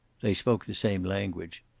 they spoke the same language.